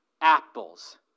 apples